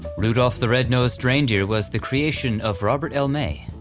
rudolph the red-nosed reindeer was the creation of robert l may.